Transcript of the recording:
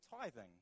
tithing